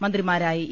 മന്ത്രിമാരായ ഇ